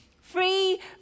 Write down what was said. free